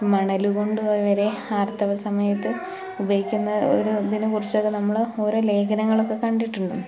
മണലു കൊണ്ടുവരെ ആര്ത്തവ സമയത്ത് ഉപയോഗിക്കുന്ന ഒരിതിനെ കുറിച്ചൊക്കെ നമ്മൾ ഓരോ ലേഖനങ്ങളൊക്കെ കണ്ടിട്ടുണ്ട്